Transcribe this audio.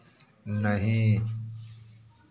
नहीं